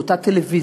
זו אותה טלוויזיה,